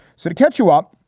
so to catch you up,